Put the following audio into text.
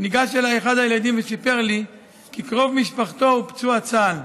ניגש אליי אחד הילדים וסיפר לי כי קרוב משפחתו הוא פצוע צה"ל,